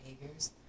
behaviors